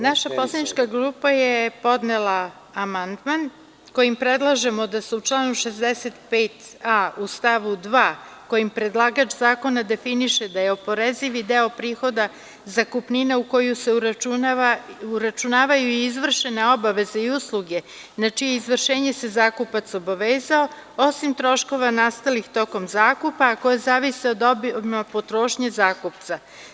Naša poslanička grupa je podnela amandman kojim predlažemo da se u članu 65a u stavu 2, kojim predlagač zakona definiše da je oporezivi deo prihoda zakupnine u koju se uračunavaju izvršene obaveze i usluge na čije izvršenje se zakupac obavezao, osim troškova nastalih tokom zakupa, a koje zavise od obima potrošnje zakupca.